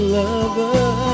lover